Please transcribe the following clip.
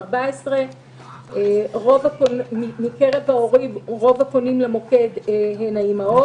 14. מקרב ההורים רוב הפונים למוקד הן אימהות,